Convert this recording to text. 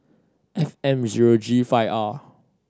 F M zero G five R